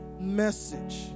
message